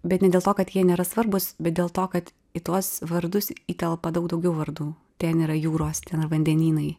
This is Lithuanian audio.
bet ne dėl to kad jie nėra svarbūs bet dėl to kad į tuos vardus į telpa daug daugiau vardų ten yra jūros vandenynai